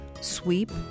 Sweep